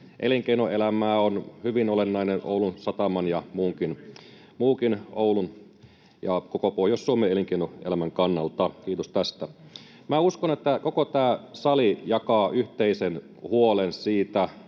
elinkeinoelämää ja on hyvin olennainen Oulun sataman ja muunkin Oulun ja koko Pohjois-Suomen elinkeinoelämän kannalta. Kiitos tästä! Minä uskon, että koko tämä sali jakaa yhteisen huolen siitä,